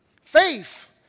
Faith